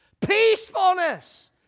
Peacefulness